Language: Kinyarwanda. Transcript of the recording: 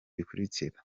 gikurikira